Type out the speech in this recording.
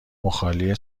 مخالی